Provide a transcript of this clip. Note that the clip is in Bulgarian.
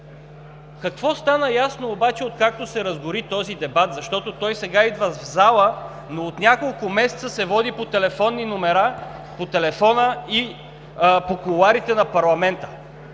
Какво стана ясно обаче, откакто се разгоря този дебат? Той сега идва в залата, но от няколко месеца се води по телефонни номера, по телефона и по кулоарите на парламента.